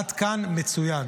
עד כאן מצוין,